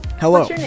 Hello